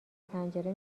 پنجره